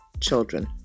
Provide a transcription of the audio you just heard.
children